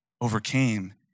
overcame